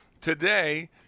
today